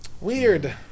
Weird